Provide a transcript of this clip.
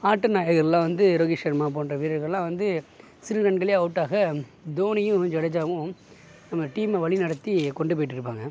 ஆட்ட நாயர்கள் எல்லாம் வந்து ரோஹித் ஷர்மா போன்ற வீரர்கள் எல்லாம் வந்து சிறு ரன்கள்லே அவுட் ஆக தோனியும் ஜடேஜாவும் அவங்க டீமை வழி நடத்தி கொண்டு போயிட்டு இருப்பாங்க